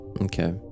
Okay